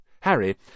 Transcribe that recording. Harry